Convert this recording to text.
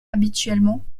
habituellement